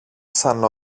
σαν